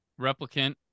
replicant